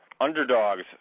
Underdogs